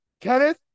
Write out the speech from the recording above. Kenneth